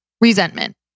resentment